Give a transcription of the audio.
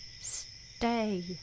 Stay